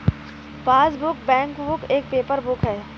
passbook, bankbook एक paper book है